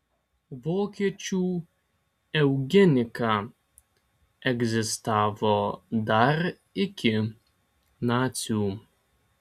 vokiečių eugenika egzistavo dar iki nacių